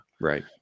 Right